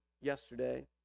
yesterday